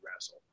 wrestle